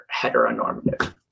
heteronormative